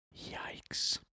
Yikes